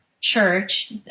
church